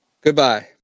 Goodbye